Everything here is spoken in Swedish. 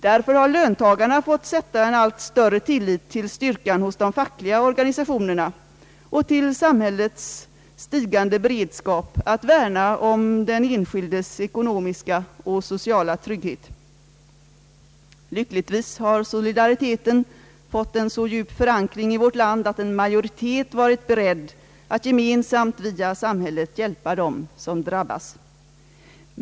Därför har löntagarna fått sätta en allt större tillit till styrkan hos de fackliga organisationerna och till samhällets stigande beredskap att värna om den enskildes ekonomiska och sociala trygghet. Lyckligtvis har solidariteten fått en så djup förankring i vårt land, att en majoritet varit beredd att gemensamt via samhället hjälpa dem som drabbas.